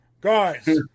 guys